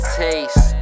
taste